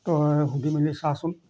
তই সুধি মেলি চাচোন